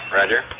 Roger